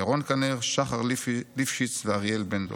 ירון כנר, שחר ליפשיץ ואריאל בנדור".